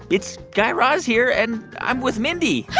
it's guy raz here. and i'm with mindy hi,